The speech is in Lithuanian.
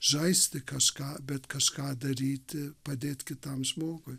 žaisti kažką bet kažką daryti padėt kitam žmogui